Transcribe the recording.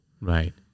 Right